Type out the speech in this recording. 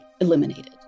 eliminated